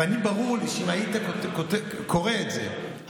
וברור לי שאם היית קורא את זה,